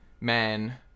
Man